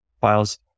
files